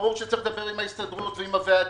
ברור שצריך לדבר עם ההסתדרות ועם הוועדים.